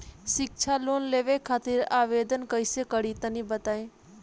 शिक्षा लोन लेवे खातिर आवेदन कइसे करि तनि बताई?